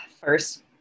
First